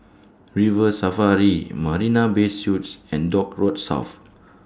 River Safari Marina Bay Suites and Dock Road South